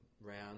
round